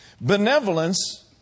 Benevolence